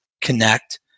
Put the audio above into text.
connect